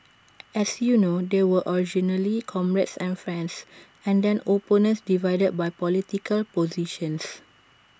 as you know they were originally comrades and friends and then opponents divided by political positions